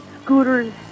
scooters